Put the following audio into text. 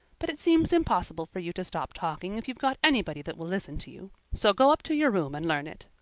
but it seems impossible for you to stop talking if you've got anybody that will listen to you. so go up to your room and learn it.